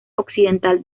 occidental